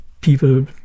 people